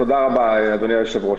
תודה רבה אדוני היושב ראש.